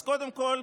אז קודם כול,